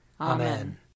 Amen